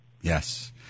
Yes